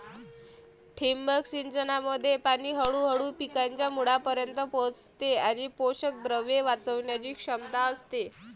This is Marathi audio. ठिबक सिंचनामध्ये पाणी हळूहळू पिकांच्या मुळांपर्यंत पोहोचते आणि पोषकद्रव्ये वाचवण्याची क्षमता असते